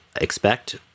expect